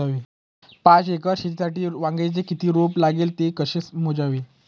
पाच एकर शेतीसाठी वांग्याचे किती रोप लागेल? ते कसे मोजावे?